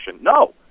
No